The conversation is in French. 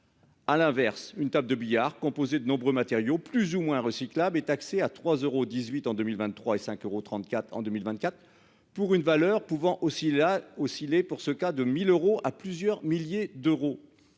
À l'inverse, une table de billard composées de nombreux matériaux plus ou moins recyclable et taxé à 3 euros 18 en 2023 et 5 euros 34 en 2024 pour une valeur pouvant aussi là aussi les pour ce cas de 1000 euros à plusieurs milliers d'euros.